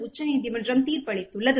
உச்சநீதிமன்றம் தீர்ப்பு அளித்துள்ளது